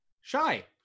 Shy